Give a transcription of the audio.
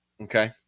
Okay